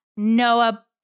Noah